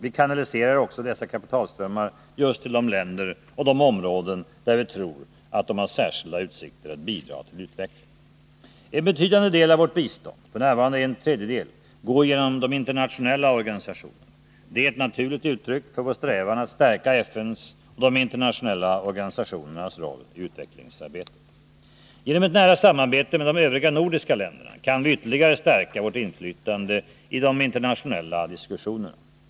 Vi kanaliserar också dessa kapitalströmmar just till de länder och de områden där vi tror att de har särskilda utsikter att bidra till utveckling. En betydande del av vårt bistånd — f.n. en tredjedel — går genom de internationella organisationerna. Det är ett naturligt uttryck för vår strävan att stärka FN:s och de internationella organisationernas roll i utvecklingssamarbetet. Genom ett nära samarbete med de övriga nordiska länderna kan vi ytterligare stärka vårt inflytande i de internationella diskussionerna.